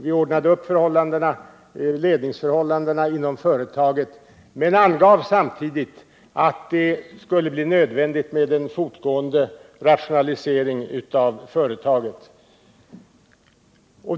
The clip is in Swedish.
Vi ordnade upp ledningsförhållandena inom företaget men angav samtidigt att det skulle bli nödvändigt med en fortgående rationalisering.